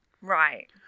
Right